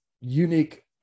unique